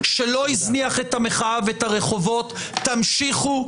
שלא הזניח את המחאה ואת הרחובות: תמשיכו,